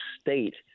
state –